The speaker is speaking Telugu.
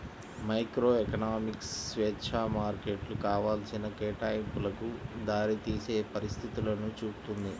మైక్రోఎకనామిక్స్ స్వేచ్ఛా మార్కెట్లు కావాల్సిన కేటాయింపులకు దారితీసే పరిస్థితులను చూపుతుంది